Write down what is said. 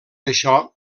això